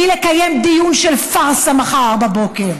מלקיים דיון של פארסה מחר בבוקר,